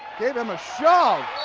gave him ah shove.